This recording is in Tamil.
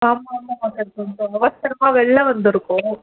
ஆமாம் ஆமாம்மா சார் இப்போ அவசரமாக வெளில வந்துயிருக்கோம்